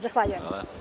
Zahvaljujem.